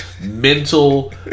mental